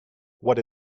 what